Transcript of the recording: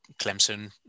clemson